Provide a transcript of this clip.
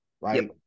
right